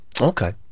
Okay